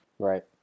Right